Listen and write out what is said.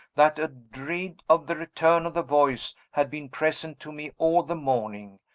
that a dread of the return of the voice had been present to me all the morning,